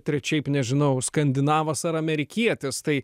trečiaip nežinau skandinavas ar amerikietis tai